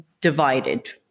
divided